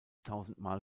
tausendmal